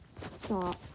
stop